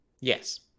yes